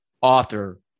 author